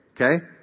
Okay